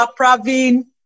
Praveen